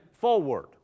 forward